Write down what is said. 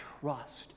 trust